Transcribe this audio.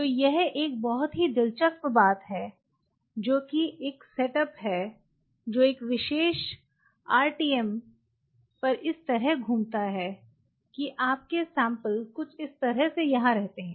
तो यह एक बहुत ही दिलचस्प बात है जो एक सेटअप है जो एक विशेष आरटीएम पर इस तरह घूमता है कि आपके सैम्पल्स कुछ इस तरह से यहाँ रहते हैं